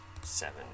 Seven